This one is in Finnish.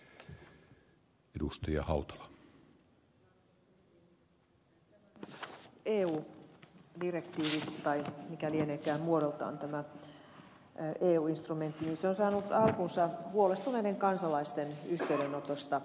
tämä eu direktiivi tai mikä lieneekään muodoltaan tämä eu instrumentti on saanut alkunsa huolestuneiden kansalaisten yhteydenotoista